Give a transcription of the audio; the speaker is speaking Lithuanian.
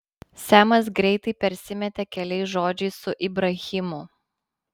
semas greitai persimetė keliais žodžiais su ibrahimu